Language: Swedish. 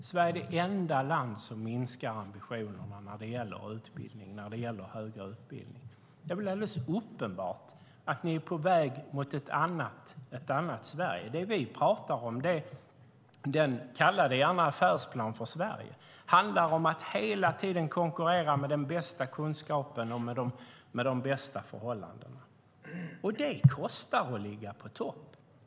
Sverige är det enda land som minskar ambitionerna när det gäller utbildning och högre utbildning. Det är väl alldeles uppenbart att ni är på väg mot ett annat Sverige. Det vi talar om är något annat. Kalla det gärna affärsplan för Sverige. Det handlar om att hela tiden konkurrera med den bästa kunskapen och de bästa förhållandena. Det kostar att ligga på topp.